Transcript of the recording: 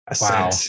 Wow